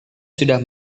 sudah